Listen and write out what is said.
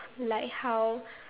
like how